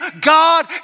God